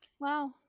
Wow